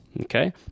Okay